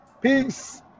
Peace